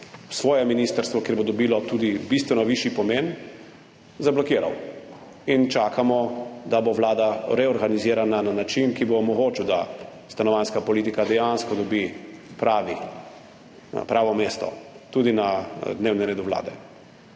svoje ministrstvo, kjer bo dobilo tudi bistveno višji pomen, zablokiral in čakamo, da bo Vlada reorganizirana na način, ki bo omogočil, da dobi dejansko stanovanjska politika pravo mesto tudi na dnevnem redu Vlade.